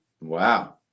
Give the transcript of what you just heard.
Wow